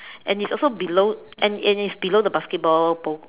and it's also below and and it's below the basketball pole